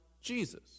Jesus